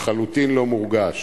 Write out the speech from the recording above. לחלוטין לא מורגש,